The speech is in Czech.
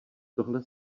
tohle